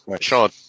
Sean